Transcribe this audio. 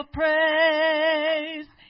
praise